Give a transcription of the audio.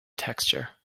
texture